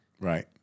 Right